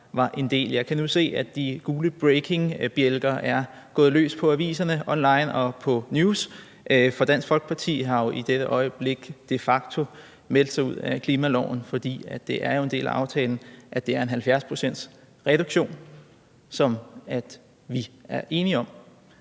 Jeg kan nu se, at de gule breaking news-bjælker er gået i gang på aviserne online og på News. Dansk Folkeparti har i dette øjeblik de facto meldt sig ud af klimaloven, for det er jo en del af aftalen, at det er en 70-procentsreduktion, som vi er enige om,